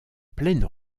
pleine